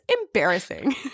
embarrassing